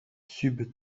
sub